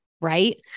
Right